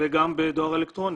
גם בדואר אלקטרוני,